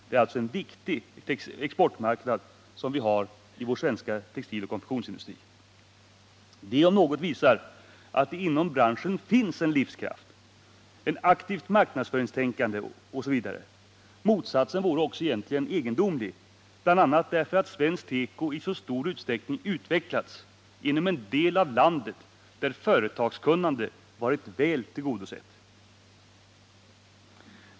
Det är således en viktig exportmarknad som vi har i vår svenska textiloch konfektionsindustri. Det om något visar att det inom branschen finns en livskraft, ett aktivt marknadsföringstänkande osv. Motsatsen vore också egendomlig, bl.a. därför att svensk teko i så stor utsträckning utvecklats inom en del av landet där företagskunnande varit väl tillgodosett.